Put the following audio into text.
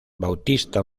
bautista